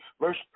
verse